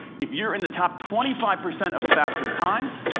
if you're in the top twenty five percent of the fastest times,